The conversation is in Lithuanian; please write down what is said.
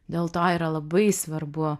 dėl to yra labai svarbu